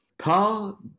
Paul